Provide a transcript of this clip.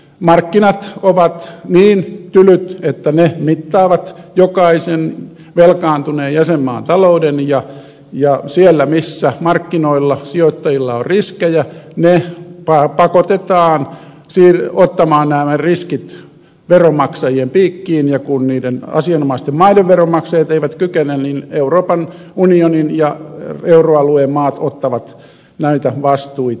markkinat ovat niin tylyt että ne mittaavat jokaisen velkaantuneen jäsenmaan talouden ja siellä missä markkinoilla sijoittajilla on riskejä ne pakotetaan ottamaan nämä riskit veronmaksajien piikkiin ja kun niiden asianomaisten maiden veronmaksajat eivät kykene niin euroopan unionin ja euroalueen maat ottavat näitä vastuita